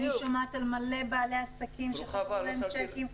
אני שומעת על מלא בעלי עסקים שחזרו להם שיקים,